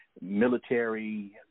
military